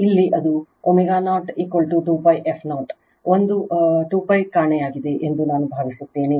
ಇಲ್ಲಿ ಅದು ω0 ω0 2π f0 ಒಂದು 2π ಕಾಣೆಯಾಗಿದೆ ಎಂದು ನಾನು ಭಾವಿಸುತ್ತೇನೆ